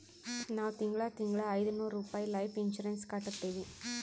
ನಾವ್ ತಿಂಗಳಾ ತಿಂಗಳಾ ಐಯ್ದನೂರ್ ರುಪಾಯಿ ಲೈಫ್ ಇನ್ಸೂರೆನ್ಸ್ ಕಟ್ಟತ್ತಿವಿ